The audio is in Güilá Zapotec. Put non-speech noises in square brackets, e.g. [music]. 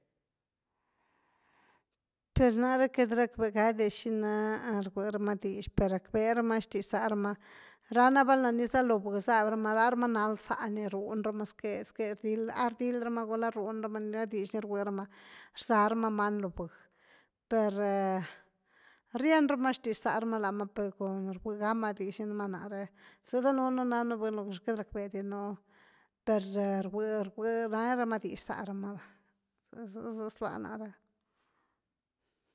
peer naare cat’ rakvegadiaa’ shinaa r-gurama dix per rakverama xdix zarama, ranáa’ val na niza lo bhu zabyrama, la rama nal za’ny runrama zque-zque rdyl, a rdylrama ni gulaa’ runramany gula dixny rgurama, rzaramañ lo bhu, per [hesitation] rienrama xdix zarama la rama pe ghu rgugama dixny noma nare, zdanunu nanu buny lo gxliu cat’rak vedinu, per-per rgunerama dix zarama va zh-zh zloa nare´.